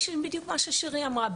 בדיוק מה ששירי אמרה,